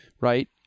right